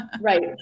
Right